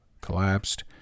collapsed